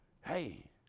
Hey